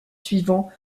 suivant